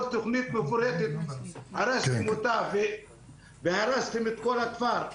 כל תכנית מפורטת הרסתם אותה ואת כל הכפר,